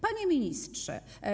Panie Ministrze!